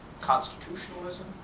constitutionalism